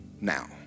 Now